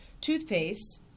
toothpaste